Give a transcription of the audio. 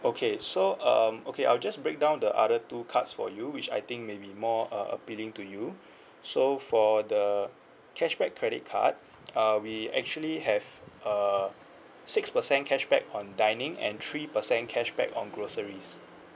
okay so um okay I'll just break down the other two cards for you which I think maybe more uh appealing to you so for the cashback credit card uh we actually have uh six percent cashback on dining and three percent cashback on groceries